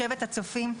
שבט הצופים.